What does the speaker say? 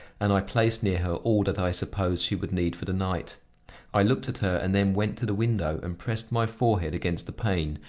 and i placed near her all that i supposed she would need for the night i looked at her, and then went to the window and pressed my forehead against the pane,